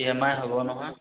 E M I হ'ব নহয়